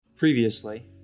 previously